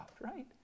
right